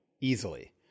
easily